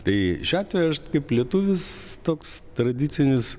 tai šiuo atveju aš kaip lietuvis toks tradicinis